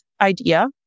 idea